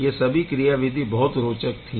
यह सभी क्रियाविधि बहुत रोचक थी